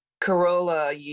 Corolla